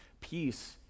Peace